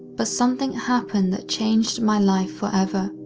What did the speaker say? but something happened that changed my life forever,